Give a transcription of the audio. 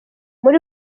muri